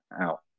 out